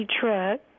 truck